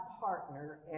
partner